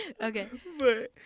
Okay